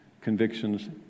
convictions